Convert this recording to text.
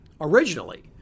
originally